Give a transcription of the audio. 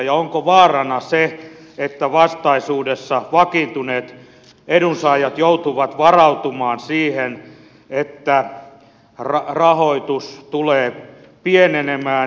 onko vaarana se että vastaisuudessa vakiintuneet edunsaajat joutuvat varautumaan siihen että rahoitus tulee pienenemään